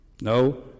No